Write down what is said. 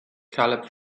caleb